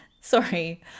Sorry